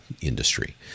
industry